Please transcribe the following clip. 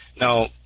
Now